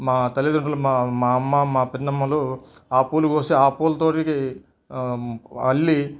మా తల్లితండ్రులు మా అమ్మ మా పిన్నమ్మలు ఆ పూలు కోసి ఆ పూలతోటి అల్లి